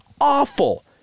awful